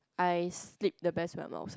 I sleep the best when I am outside